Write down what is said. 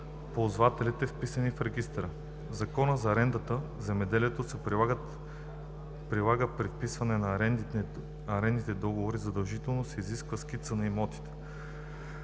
ползвателите, вписани в регистъра. В Закона за арендата в земеделието се предлага при вписване на арендните договори задължително да се изисква скица на имотите.